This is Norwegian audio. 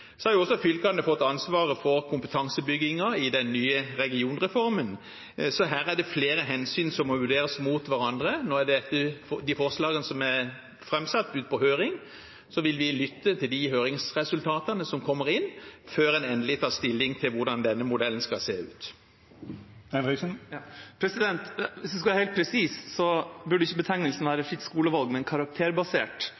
har jo også fått ansvaret for kompetansebyggingen i den nye regionreformen, så her er det flere hensyn som må vurderes opp mot hverandre. Nå er de forslagene som er fremsatt, ute på høring. Så vil vi lytte til de høringsresultatene som kommer inn, før en tar endelig stilling til hvordan denne modellen skal se ut. Hvis en skal være helt presis, burde ikke betegnelsen